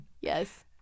Yes